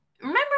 Remember